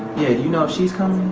yeah you know if she's coming?